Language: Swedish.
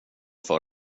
för